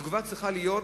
התגובה צריכה להיות,